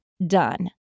Done